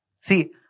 See